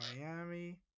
Miami